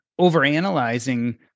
overanalyzing